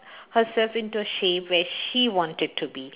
herself into shape where she wanted to be